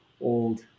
old